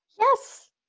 Yes